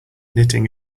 knitting